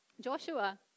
Joshua